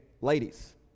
ladies